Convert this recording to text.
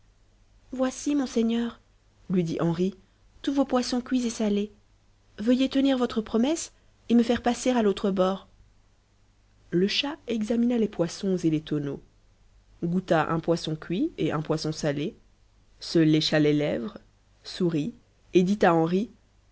voici monseigneur lui dit henri tous vos poissons cuits et salés veuillez tenir votre promesse et me faire passer à l'autre bord illustration voici monseigneur tous vos poissons le chat examina les poissons et les tonneaux goûta un poisson cuit et un poisson salé se lécha les lèvres sourit et dit